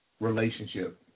Relationship